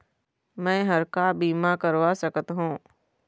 मैं हर का बीमा करवा सकत हो?